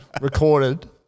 recorded